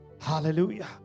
Hallelujah